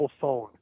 phone